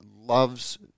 loves